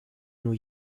new